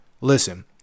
listen